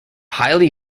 highly